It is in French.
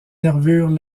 nervures